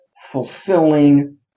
fulfilling